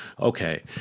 okay